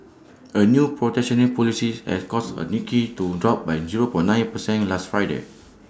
A new protectionist policy has caused A Nikkei to drop by zero point nine percentage last Friday